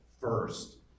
First